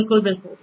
बिलकुल बिलकुल